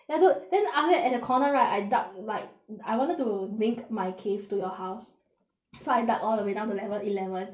ya dude then after that at the corner right I dug like I wanted to link my cave to your house so I dug all the way down to level eleven